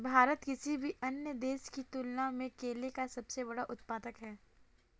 भारत किसी भी अन्य देश की तुलना में केले का सबसे बड़ा उत्पादक है